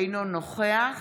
אינו נוכח